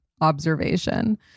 observation